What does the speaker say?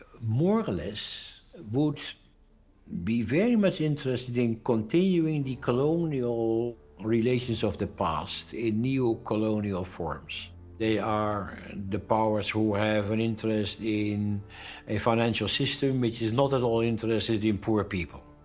more or less would be very much interested in continuing the colonial relations of the past in neo-colonial forms they are the powers who have an interest in a financial system which is not at all interested in poor people,